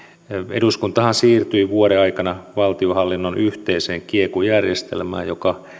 eduskuntahan siirtyi vuoden aikana valtionhallinnon yhteiseen kieku järjestelmään joka